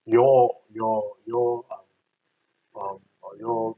your your your um um your